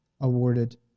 awarded